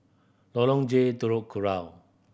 Lorong J Kurau